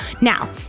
Now